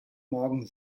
morgen